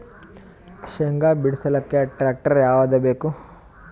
ಶೇಂಗಾ ಬಿಡಸಲಕ್ಕ ಟ್ಟ್ರ್ಯಾಕ್ಟರ್ ಯಾವದ ಬೇಕು?